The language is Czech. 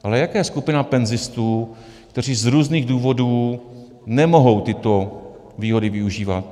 Ale jaká je skupina penzistů, kteří z různých důvodů nemohou tyto důvody využívat?